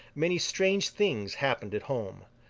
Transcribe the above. many strange things happened at home.